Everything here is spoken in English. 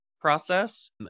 process